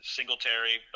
Singletary